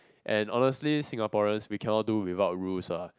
and honestly Singaporeans we cannot do without rules lah